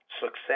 success